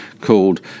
called